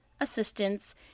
assistance